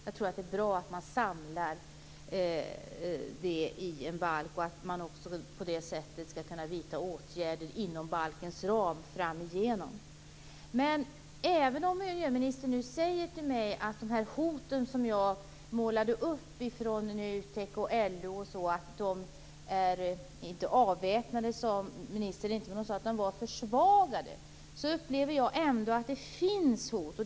Jag tror att det är bra att man samlar allt i en balk så att man på det sättet skall kunna vidta åtgärder inom balkens ram framgent. Även om miljöministern nu säger till mig att de hot som jag målade upp vad gäller NUTEK och LO är försvagade upplever jag ändå att det finns hot.